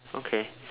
okay